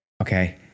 okay